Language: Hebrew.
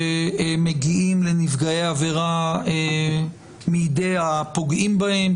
שמגיעים לנפגעי העבירה מידי הפוגעים בהם,